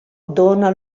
dona